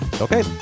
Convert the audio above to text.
Okay